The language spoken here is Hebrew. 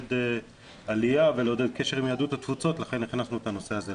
לעודד עלייה ולעודד קשר עם יהדות התפוצות ולכן הכנסנו את הנושא הזה.